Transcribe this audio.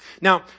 Now